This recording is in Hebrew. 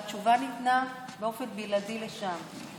והתשובה ניתנה באופן בלעדי לשם.